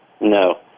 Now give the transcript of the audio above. No